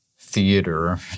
theater